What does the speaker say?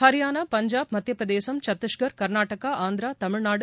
Haryana Punjab Madhya Pradesh Chhattisgarh Karnataka Andhra Tamil Nadu